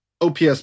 OPS